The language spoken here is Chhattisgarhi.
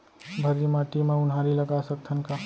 भर्री माटी म उनहारी लगा सकथन का?